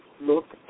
look